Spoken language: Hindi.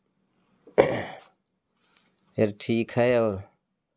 फिर ठीक है और